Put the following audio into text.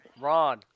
Ron